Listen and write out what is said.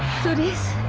studies